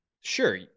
sure